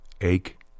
Ache